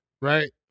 right